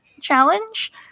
challenge